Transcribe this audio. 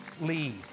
lead